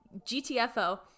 GTFO